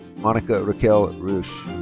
monica raquel reusche.